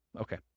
Okay